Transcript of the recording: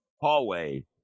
hallway